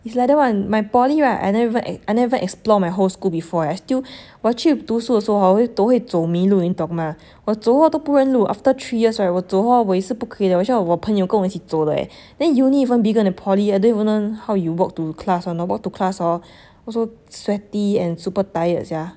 it's like that [one] my poly right I never even I never even explore my whole school before eh I still 我去读书的时候 hor 我会读我会走迷路你懂吗我走 hor 都不问路 after three years right 我走 hor 我也是不可以我需要我朋友跟我一起走的 leh then uni even bigger than poly I don't even how you walk to class [one] hor I walk to class hor also sweaty and super tired sia